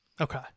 Okay